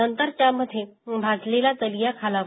नंतर त्यामधे भाजलेला दलिया घालावा